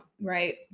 right